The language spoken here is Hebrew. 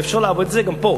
ואפשר לעבוד עם זה גם פה.